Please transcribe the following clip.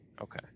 Okay